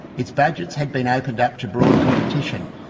its budgets had been opened up to broad competition.